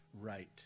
right